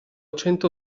cento